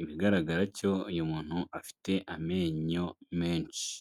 ikigaragara cyo uyu muntu afite amenyo menshi.